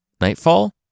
Nightfall